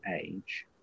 age